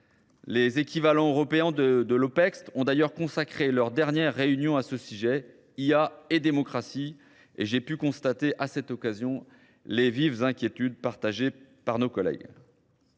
Les équivalents européens de l'Opex ont d'ailleurs consacré leur dernière réunion à ce sujet, IA et démocratie, et j'ai pu constater à cette occasion les vives inquiétudes partagées par nos collègues.